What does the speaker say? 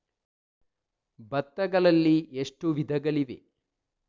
ಭತ್ತಗಳಲ್ಲಿ ಎಷ್ಟು ವಿಧಗಳಿವೆ?